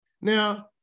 Now